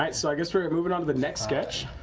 i guess we're moving on to the next sketch.